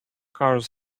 cars